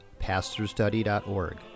pastorstudy.org